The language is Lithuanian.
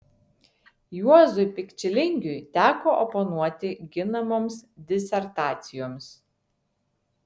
juozui pikčilingiui teko oponuoti ginamoms disertacijoms